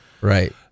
right